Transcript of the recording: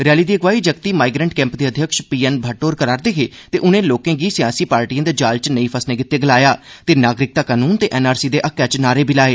rally दी अगुवाई जगती माइग्रेंट कैंप दे अध्यक्ष पी एन भट्ट होर करा'रदे हे ते उनें लोके गी सियासी पार्टिए दे जाल च नेई फसने लेई गलाया ते नागरिकता कनून ते एनआरसी दे हक्कै च नारे लाए